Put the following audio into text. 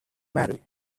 marry